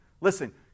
listen